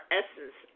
essence